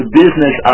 business